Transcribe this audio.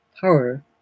power